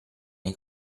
nei